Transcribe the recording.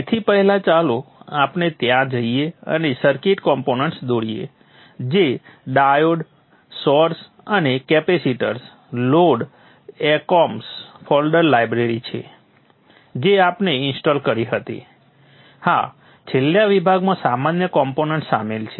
તેથી પહેલા ચાલો આપણે ત્યાં જઈએ અને સર્કિટ કોમ્પોનન્ટ્સ દોરીએ જે ડાયોડ સોર્સ અને કેપેસિટર્સ લોડ એકોમ્સ ફોલ્ડર લાઇબ્રેરી છે જે આપણે ઇન્સ્ટોલ કરી હતી હા છેલ્લા વિભાગમાં સામાન્ય કોમ્પોનન્ટ્સ શામેલ છે